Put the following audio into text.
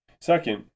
Second